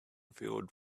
field